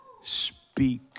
speak